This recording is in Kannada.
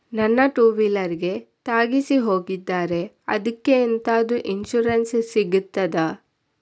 ನನ್ನ ಟೂವೀಲರ್ ಗೆ ತಾಗಿಸಿ ಹೋಗಿದ್ದಾರೆ ಅದ್ಕೆ ಎಂತಾದ್ರು ಇನ್ಸೂರೆನ್ಸ್ ಸಿಗ್ತದ?